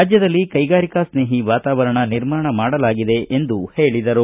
ರಾಜ್ಯದಲ್ಲಿ ಕೈಗಾರಿಕಾ ಸ್ನೇಹಿ ವಾತಾವರಣ ನಿರ್ಮಾಣ ಮಾಡಲಾಗಿದೆ ಎಂದು ಹೇಳಿದರು